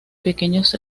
pequeños